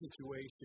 situation